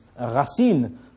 Racine